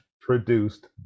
produced